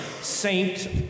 saint